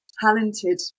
talented